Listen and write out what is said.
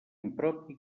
impropi